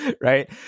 Right